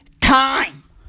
Time